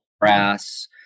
grass